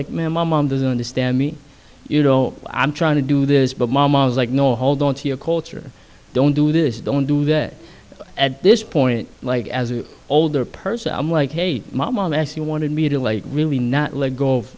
like man my mom doesn't understand me you know i'm trying to do this but my mom is like no hold on to your culture don't do this don't do that at this point like as an older person i'm like hey my mom wanted me to really not let go of